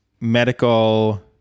medical